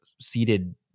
seated